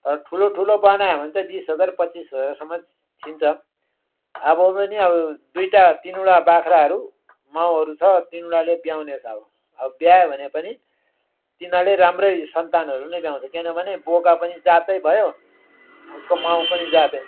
र ठुलो ठुलो बनायो भने चाहिँ बिस हजार पच्चिस हजारसम्म छिन्छ अब पनि अब दुइटा तिनवटा बाख्राहरू माउहरू छ तिनवटाले ब्याउने छ अब अब ब्यायो भने पनि तिनीहरूले राम्रै सन्तानहरू नै ब्याउँछ किनभने बोका पनि जातै भयो उसको माउ पनि जातै